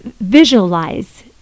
visualize